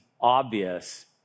obvious